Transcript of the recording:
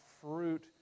fruit